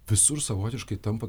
visur savotiškai tampa